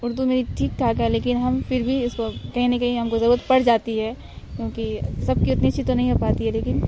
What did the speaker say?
اردو میری ٹھیک ٹھاک ہے لیکن ہم پھر بھی اس کو کہیں نہ کہیں ہم کو ضرورت پڑ جاتی ہے کیونکہ سب کی اتنی اچھی تو نہیں ہو پاتی ہے لیکن